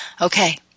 Okay